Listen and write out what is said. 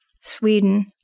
Sweden